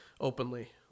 Openly